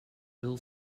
ill